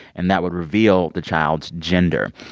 and that would reveal the child's gender.